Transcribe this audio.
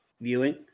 viewing